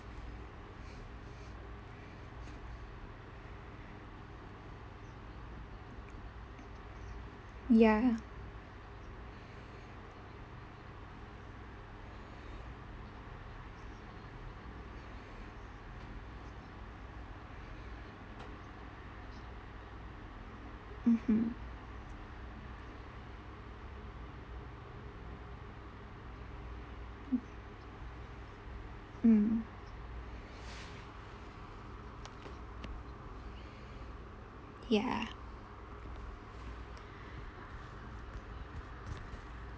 ya mmhmm mm ya